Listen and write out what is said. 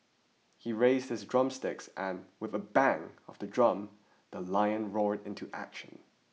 he raised his drumsticks and with a bang of the drum the lions roared into action